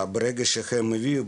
ברגע שהם הביאו,